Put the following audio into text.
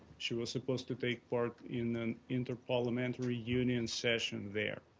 she was supposed to take part in an interparliamentary union session there.